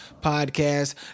podcast